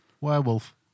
Werewolf